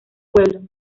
pueblo